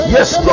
Yes